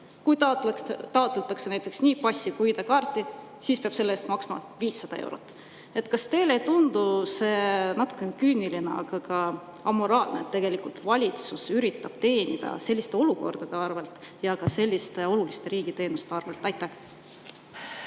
Kui taotletakse nii passi kui ka ID-kaarti, siis peab selle eest maksma 500 eurot. Kas teile ei tundu see natukene küüniline, aga ka amoraalne, et valitsus üritab teenida selliste olukordade ja selliste oluliste riigi teenuste arvelt? Jah,